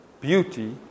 Beauty